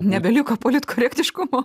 nebeliko politkorektiškumo